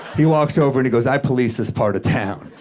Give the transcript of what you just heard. he walks over and he goes, i police this part of town.